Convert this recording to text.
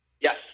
Yes